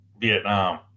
Vietnam